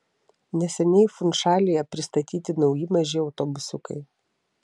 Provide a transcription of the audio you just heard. neseniai funšalyje pristatyti nauji maži autobusiukai